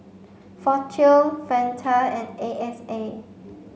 Fortune Fanta and A X A